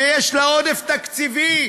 שיש לה עודף תקציבי.